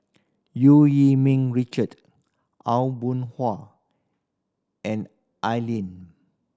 Eu Yee Ming Richard Aw Boon Haw and Al Lim